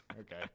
okay